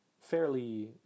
fairly